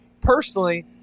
personally